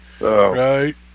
Right